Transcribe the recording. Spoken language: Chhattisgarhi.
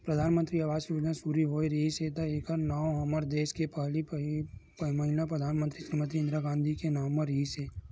परधानमंतरी आवास योजना सुरू होए रिहिस त एखर नांव हमर देस के पहिली महिला परधानमंतरी श्रीमती इंदिरा गांधी के नांव म रिहिस